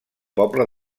poble